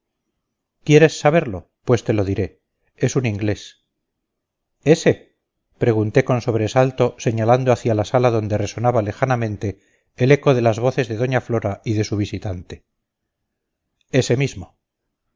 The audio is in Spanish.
quieres saberlo pues te lo diré es un inglés ese pregunté con sobresalto señalando hacia la sala donde resonaba lejanamente el eco de las voces de doña flora y de su visitante ese mismo